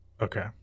Okay